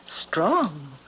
Strong